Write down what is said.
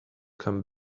come